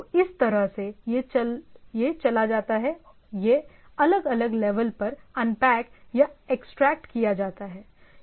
तो इस तरह से यह चला जाता है और यह अलग अलग लेवल पर अनपैक या एक्सट्रैक्ट किया जाता है